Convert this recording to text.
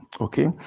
okay